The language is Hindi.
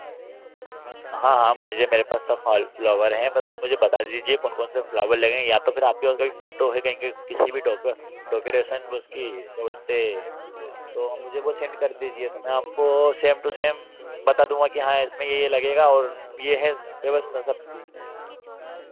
हाँ हाँ मुझे मेरे पास सब फाल फ्लावर हैं पर आप मुझे बता दीजिये कौन कौन से फ्लावर लगें या तो फिर आपके पास कोई फोटो है कि किसी भी डोके डेकोरेशन उसकी क्या बोलते हैं तो मुझे वो सेंड कर दीजिये तो मैं आपको सेम टू सेम बता दूंगा कि हाँ इसमें ये ये लगेगा और ये है व्यवस्था सबकी